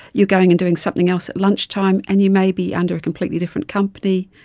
you're going and doing something else at lunchtime, and you may be under a completely different company,